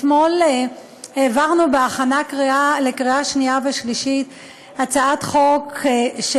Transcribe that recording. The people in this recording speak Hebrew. אתמול העברנו בהכנה לקריאה שנייה ושלישית הצעת חוק של